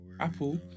Apple